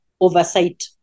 oversight